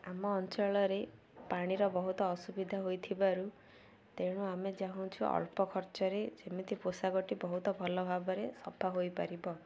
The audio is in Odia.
ଆମ ଅଞ୍ଚଳରେ ପାଣିର ବହୁତ ଅସୁବିଧା ହୋଇଥିବାରୁ ତେଣୁ ଆମେ ଚାହୁଁଛୁ ଅଳ୍ପ ଖର୍ଚ୍ଚରେ ଯେମିତି ପୋଷାକଟି ବହୁତ ଭଲ ଭାବରେ ସଫା ହୋଇପାରିବ